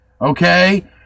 Okay